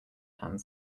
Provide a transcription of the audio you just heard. hand